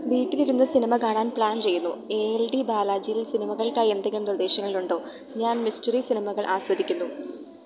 വീട്ടിലിരുന്ന് സിനിമ കാണാൻ പ്ലാൻ ചെയ്യുന്നു എ എൽ ടി ബാലാജിയിൽ സിനിമകൾക്കായി എന്തെങ്കിലും നിർദ്ദേശങ്ങളുണ്ടോ ഞാൻ മിസ്റ്ററി സിനിമകൾ ആസ്വദിക്കുന്നു